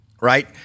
right